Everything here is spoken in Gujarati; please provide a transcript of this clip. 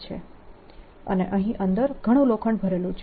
અને અહીં અંદર ઘણું લોખંડ ભરેલું છે